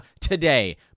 today